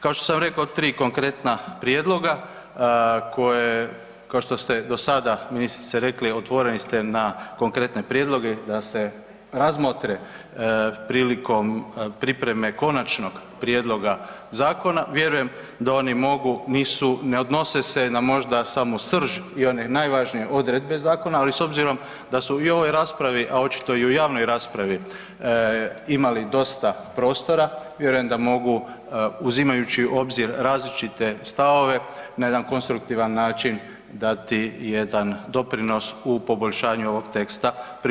Kao što sam rekao 3 konkretna prijedloga koje kao što ste do sada ministrice rekli, otvoreni ste na konkretne prijedloge da se razmotre prilikom pripreme konačnog prijedloga zakona, vjerujem da oni mogu nisu, ne odnose se na možda samu srž i one najvažnije odredbe zakona, ali s obzirom da su i u ovoj raspravi, a očito i u javnoj raspravi imali dosta prostora vjerujem da mogu uzimajući u obzir različite stavove na jedan konstruktivan način dati jedan doprinos u poboljšanju ovog teksta prilikom drugog čitanja.